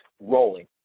rolling